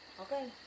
Okay